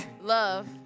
Love